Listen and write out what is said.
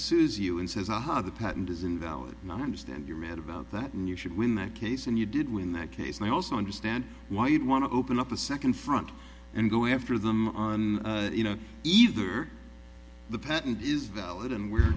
suzi you and says aha the patent is invalid not understand you're mad about that and you should win that case and you did win that case and i also understand why you'd want to open up a second front and go after them on you know either the patent is valid and we're